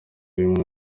y’uyu